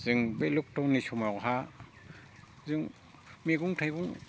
जों बै ल'क डाउननि समावहा जों मैगं थाइगं